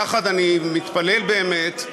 לא חשוב.